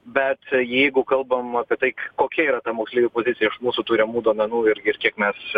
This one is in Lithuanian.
bet jeigu kalbam apie tai kokia yra moksleivių pozicija iš mūsų turimų duomenų ir ir kiek mes